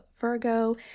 Virgo